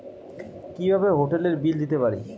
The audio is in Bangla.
কিভাবে হোটেলের বিল দিতে পারি?